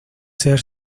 ser